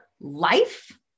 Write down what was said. life